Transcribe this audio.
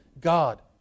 God